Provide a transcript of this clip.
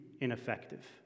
ineffective